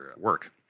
work